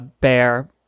Bear